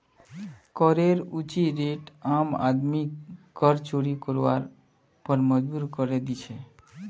करेर ऊँची रेट आम आदमीक कर चोरी करवार पर मजबूर करे दी छे